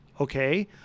Okay